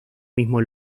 mismo